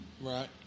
Right